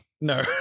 No